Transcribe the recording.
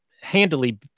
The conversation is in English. handily